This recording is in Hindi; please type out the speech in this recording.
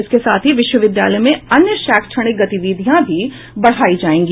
इसके साथ ही विश्वविद्यालय में अन्य शैक्षणिक गतिविधियां भी बढ़ायी जायेगी